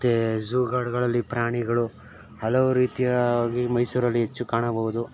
ಮತ್ತೆ ಝೂಗಳು ಗಳಲ್ಲಿ ಪ್ರಾಣಿಗಳು ಹಲವು ರೀತಿಯಾಗಿ ಮೈಸೂರಲ್ಲಿ ಹೆಚ್ಚು ಕಾಣಬಹುದು